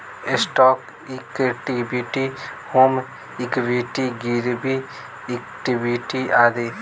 stock equity, home equity, गिरवी equity आदि